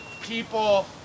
people